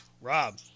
Rob